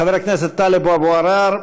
חבר הכנסת טלב אבו עראר,